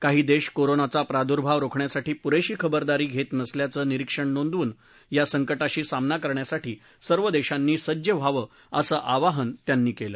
काही देश कोरोनाचा प्रादुर्भाव रोखण्यासाठी पुरेशी खबरदारी घेत नसल्याचं निरीक्षण नोंदवून या संकटाशी सामना करण्यासाठी सर्व देशांनी सज्ज व्हावं असं आवाहन त्यांनी केलं